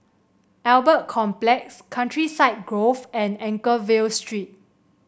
Albert Complex Countryside Grove and Anchorvale Street